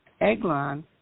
Eglon